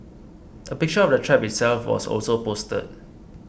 a picture of the trap itself was also posted